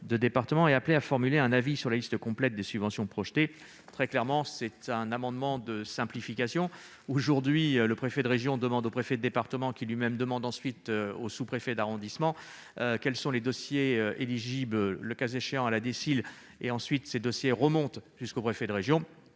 de département et appelée à formuler un avis sur la liste complète des subventions projetées. En résumé, il s'agit d'un amendement de simplification. Aujourd'hui, le préfet de région demande au préfet de département, qui lui-même se tourne vers les sous-préfets d'arrondissement, quels sont les dossiers éligibles à la DSIL. Ensuite, ces dossiers remontent jusqu'au préfet de région.